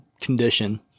condition